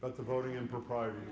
but the voting impropriet